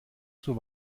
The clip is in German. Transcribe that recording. zur